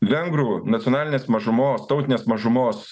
vengrų nacionalinės mažumos tautinės mažumos